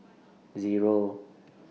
Zero